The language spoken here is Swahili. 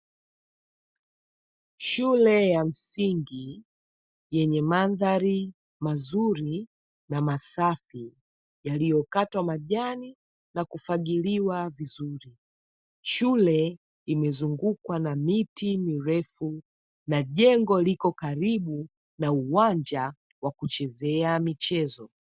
Shule ya msingi yenye mandhari mazuri na masafi yaliyokatwa majani na kufagiliwa vizuri. Shule imezungukwa na miti mirefu na jengo liko karibu na uwanja wa kuchezea michezo.